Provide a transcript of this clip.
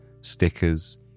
stickers